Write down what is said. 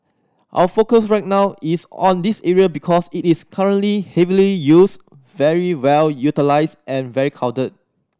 our focus right now is on this area because it is currently heavily used very well utilised and very crowded